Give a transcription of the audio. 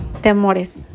temores